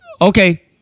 Okay